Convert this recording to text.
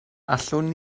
allwn